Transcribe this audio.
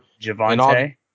Javante